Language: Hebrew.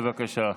בבקשה.